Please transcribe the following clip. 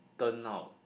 turn out